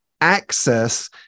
access